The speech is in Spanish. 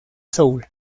soul